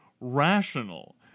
rational